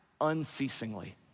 unceasingly